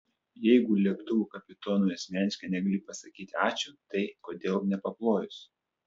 jeigu lėktuvo kapitonui asmeniškai negali pasakyti ačiū tai kodėl nepaplojus